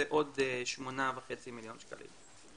זה עוד שמונה וחצי מיליון שקלים.